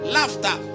Laughter